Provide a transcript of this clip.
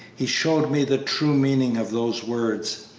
he showed me the true meaning of those words,